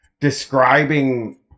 describing